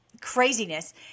craziness